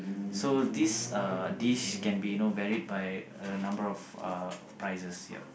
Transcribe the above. so this uh dish can be you know varied by a number of uh prices ya